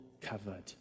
covered